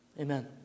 Amen